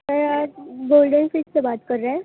سر آپ golden fish سے بات کر رہے ہیں